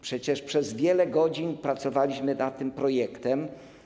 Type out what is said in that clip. Przecież przez wiele godzin pracowaliśmy nad tym projektem.